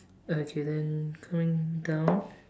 okay then coming down